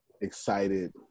excited